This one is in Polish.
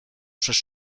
przez